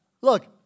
look